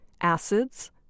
acids